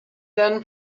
then